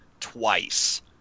twice